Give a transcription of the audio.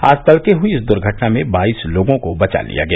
आज तड़के हुई इस दुर्घटना में बाईस लोगों को बचा लिया गया